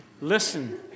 listen